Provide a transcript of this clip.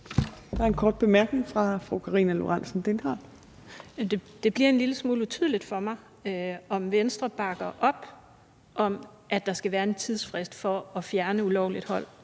Karina Lorentzen Dehnhardt (SF): Det bliver en lille smule utydeligt for mig, om Venstre bakker op om, at der skal være en tidsfrist for at fjerne ulovligt indhold.